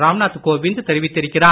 ராம்நாத் கோவிந்த் தெரிவித்திருக்கிறார்